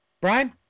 Brian